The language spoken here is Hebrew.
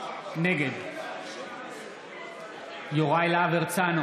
נגד יוראי להב הרצנו,